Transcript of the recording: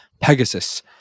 Pegasus